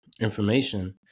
information